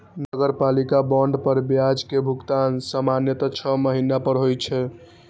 नगरपालिका बांड पर ब्याज के भुगतान सामान्यतः छह महीना पर होइ छै